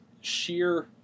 sheer